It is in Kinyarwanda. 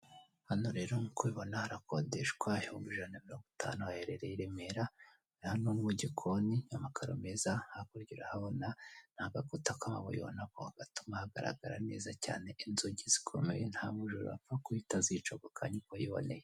Hano rero nkuko ubibona harakodeshwa ibihumbi ijana mirongo itanu haherereye i Remera. hano mu gikoni amakaro meza hakurya urahabona ni gakuta k'amabuye ubonako gatuma hagaragara neza cyane inzugi zikomeye nta mujura wapfa kuzica akokanya uko yiboneye.